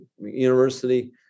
university